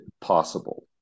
possible